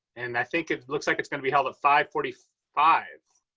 and i think it looks like it's gonna be held at five forty five,